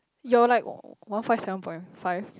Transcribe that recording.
you're like one five seven point five